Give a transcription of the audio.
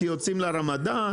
כי יוצאים לרמדאן,